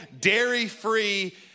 dairy-free